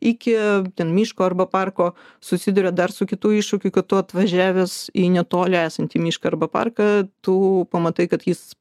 iki ten miško arba parko susiduria dar su kitu iššukiu kad tu atvažiavęs į netoli esantį mišką arba parką tu pamatai kad jis